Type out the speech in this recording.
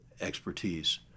expertise